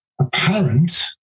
apparent